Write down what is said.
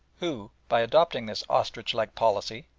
who, by adopting this ostrich-like policy,